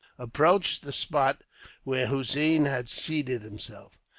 approached the spot where hossein had seated himself.